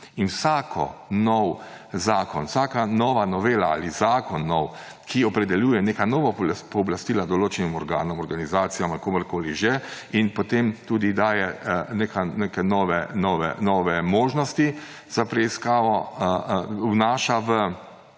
In vsak nov zakon, vsaka nova novela ali nov zakon, ki opredeljuje neka nova pooblastila določenim organom, organizacijam ali komurkoli že in potem tudi daje neke nove možnosti za preiskavo, vnaša v